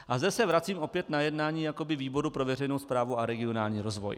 A zde se vracím opět na jednání výboru pro veřejnou správu a regionální rozvoj.